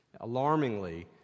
alarmingly